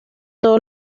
todo